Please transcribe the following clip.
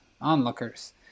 onlookers